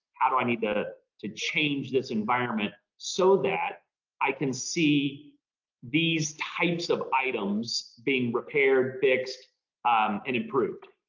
how do i need to to change this environment so that i can see these types of items being repaired, fixed and improved?